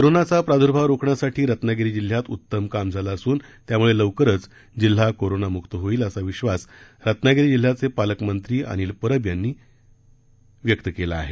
करोनाचा प्रादुर्भाव रोखण्यासाठी रत्नागिरी जिल्ह्यात उत्तम काम झालं असून त्यामुळे लवकरच जिल्हा करोनामुक्त होईल असा विश्वास रत्नागिरी जिल्ह्याचे पालकमंत्री अनिल परब यांनी आज केला आहे